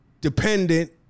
dependent